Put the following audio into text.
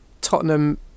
Tottenham